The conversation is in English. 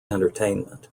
entertainment